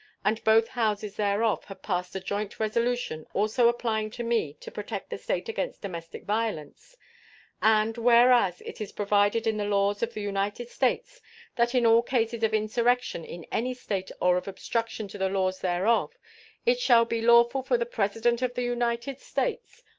and both houses thereof have passed a joint resolution also applying to me to protect the state against domestic violence and whereas it is provided in the laws of the united states that in all cases of insurrection in any state or of obstruction to the laws thereof it shall be lawful for the president of the united states,